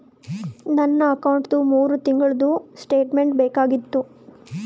ನನ್ನ ಅಕೌಂಟ್ದು ಮೂರು ತಿಂಗಳದು ಸ್ಟೇಟ್ಮೆಂಟ್ ಬೇಕಾಗಿತ್ತು?